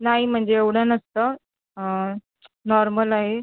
नाही म्हणजे एवढं नसतं नॉर्मल आहे